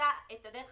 אמצא את הדרך.